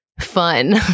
fun